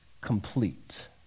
complete